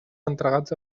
entregats